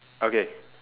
okay